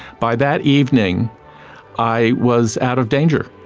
by that evening i was out of danger,